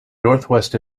northwest